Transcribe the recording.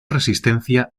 resistencia